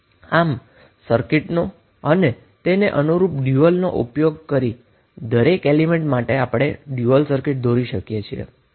આમ સર્કિટનો અને તેને અનુરૂપ દરેક અને સ્વતન્ત્ર એલીમેન્ટ માટે ડયુઅલનો ઉપયોગ કરીને આપણે ડ્યુઅલ સર્કિટ દોરી શકીએ છીએ